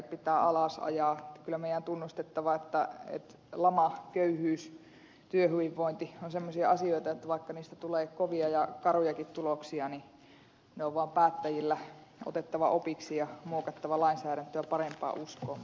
kyllä meidän on tunnustettava että lama köyhyys työhyvinvointi ovat semmoisia asioita että vaikka niistä tulee kovia ja karujakin tuloksia niin ne on vain päättäjien otettava opiksi ja muokattava lainsäädäntöä parempaan uskoon